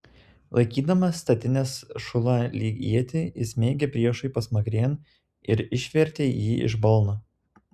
laikydamas statinės šulą lyg ietį jis smeigė priešui pasmakrėn ir išvertė jį iš balno